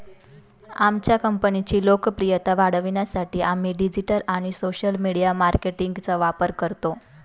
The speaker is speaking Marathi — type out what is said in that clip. आमच्या कंपनीची लोकप्रियता वाढवण्यासाठी आम्ही डिजिटल आणि सोशल मीडिया मार्केटिंगचा वापर करतो